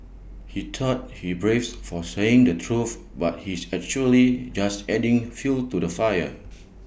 he thought he's brave for saying the truth but he's actually just adding fuel to the fire